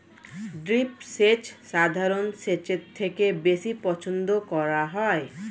drip সেচ সাধারণ সেচের থেকে বেশি পছন্দ করা হয়